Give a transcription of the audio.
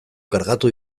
kargatu